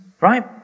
right